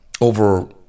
Over